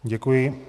Děkuji.